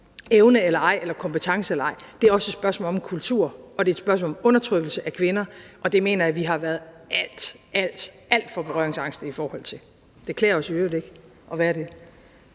evne eller ej eller kompetence eller ej. Det er et spørgsmål om kultur, og det er et spørgsmål om undertrykkelse af kvinder, og det mener jeg vi har været alt, alt for berøringsangste i forhold til. Det klæder os i øvrigt ikke at være det.